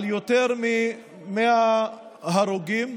על יותר מ-100 הרוגים,